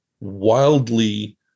wildly